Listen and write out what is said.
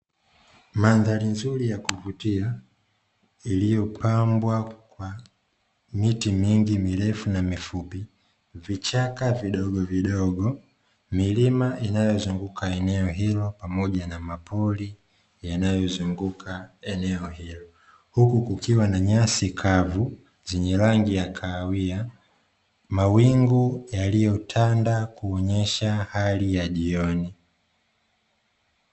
Mandhari nzuri ya kuvutia, iliyowambwa kwa miti mingi mirefu na mifupi, vichaka vidogovidogo, milima inayozunguka eneo hilo, pamoja na mapori yanayozunguka eneo hilo. Huku kukiwa na nyasi kavu zenye rangi ya kahawia, mawingu yaliyotanda kuonyesha hali ya jioni.